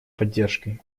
поддержкой